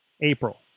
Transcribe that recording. April